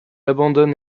abandonne